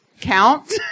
count